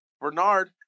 Bernard